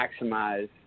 maximize